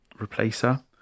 replacer